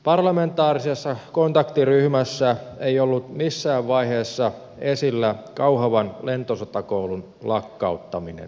parlamentaarisessa kontaktiryhmässä ei ollut missään vaiheessa esillä kauhavan lentosotakoulun lakkauttaminen